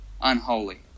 unholy